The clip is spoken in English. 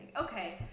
okay